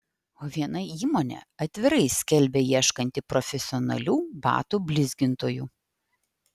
o viena įmonė atvirai skelbia ieškanti profesionalių batų blizgintojų